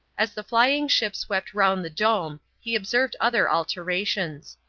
as the flying ship swept round the dome he observed other alterations.